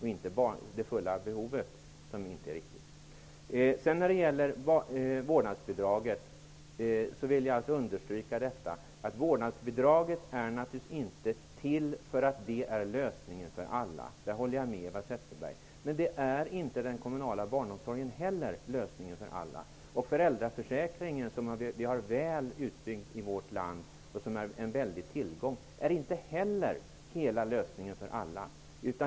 Vidare har vi frågan om vårdnadsbidraget. Jag vill understryka att vårdnadsbidraget naturligtvis inte är lösningen för alla. Där håller jag med Eva Zetterberg. Men den kommunala barnomsorgen är inte heller lösningen för alla. Vår väl utbyggda föräldraförsäkring, som är en väldig tillgång, är inte heller hela lösningen för alla.